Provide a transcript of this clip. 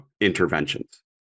interventions